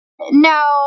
No